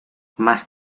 más